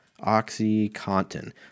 oxycontin